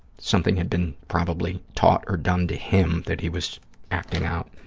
something had been probably taught or done to him that he was acting out.